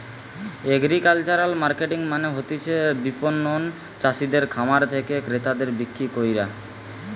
agricultural marketing মানে হতিছে বিপণন চাষিদের খামার থেকে ক্রেতাদের বিক্রি কইরা